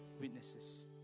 witnesses